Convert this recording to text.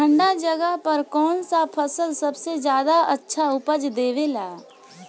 ठंढा जगह पर कौन सा फसल सबसे ज्यादा अच्छा उपज देवेला?